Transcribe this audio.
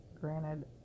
granted